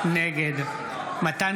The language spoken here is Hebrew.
נגד מתן